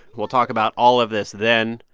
we'll talk about all of this then.